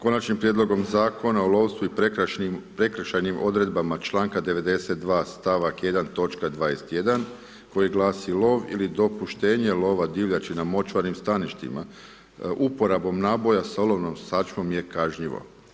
Konačnim prijedlogom zakonom o lovstvu i prekršajnim odredbama članka 92. stavak 1, točka 21, koji glasi: lov ili dopuštenje lova divljači na močvarnim staništima, uporabom naboja sa olovnom sačmom je kažnjivo.